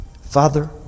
Father